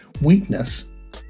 weakness